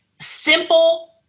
Simple